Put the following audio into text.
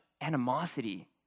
animosity